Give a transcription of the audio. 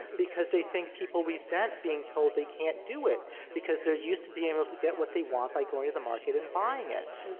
because they think people resent being told they can't do it because they're used to being able to get what they want by going to the market and buying it,